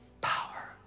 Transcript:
Power